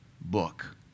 book